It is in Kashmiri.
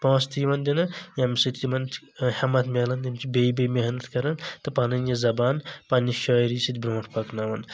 پونٛسہٕ تہِ یِوان دِنہِ ییٚمہِ سۭتۍ یِمن چھ ہٮ۪متھ ملان تہٕ یِم چھ بیٚیہِ محنت کران تہٕ پنٔنۍ یہِ زبان پننہِ شأعری سۭتۍ برونٛٹھ پکناوان